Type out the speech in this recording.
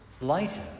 lighter